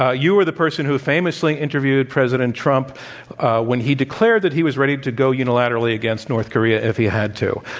ah you were the person who famously interviewed president trump when he declared that he was ready to go unilaterally against north korea in he had to.